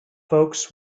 folks